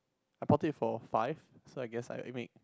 I bought it for five so I guess I admit